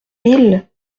mille